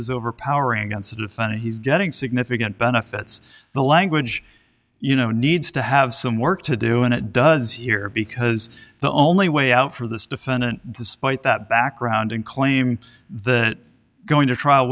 is overpowering and sort of funny he's getting significant benefits the language you know needs to have some work to do and it does here because the only way out for this defendant despite that background and claim the going to trial